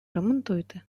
ремонтуйте